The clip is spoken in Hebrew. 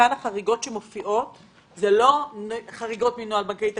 כאן החריגות שמופיעות זה לא כל החריגות מנוהל בנקאי תקין,